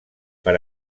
per